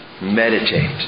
Meditate